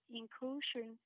inclusion